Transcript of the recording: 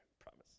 promise